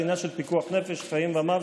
זה עניין של פיקוח נפש, חיים ומוות,